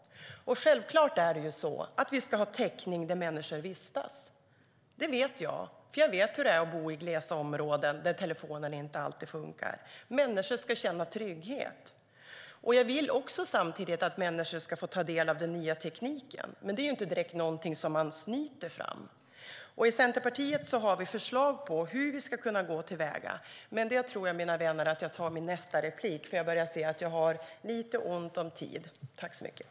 Självklart ska vi ha täckning där människor vistas. Det vet jag, eftersom jag vet hur det är att bo i glesa områden där telefonen inte alltid fungerar. Människor ska känna trygghet. Jag vill samtidigt att människor ska få ta del av den nya tekniken, men det är inte direkt någonting man snyter fram. I Centerpartiet har vi förslag på hur vi ska kunna gå till väga. Men eftersom jag ser att jag börjar få ont om tid tar jag upp det i nästa replik, mina vänner.